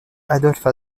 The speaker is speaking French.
adolphe